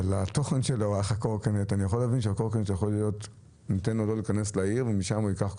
אבל אני יכול להבין שלא ניתן לו להיכנס לעיר ומשם הנהג ייקח קורקינט.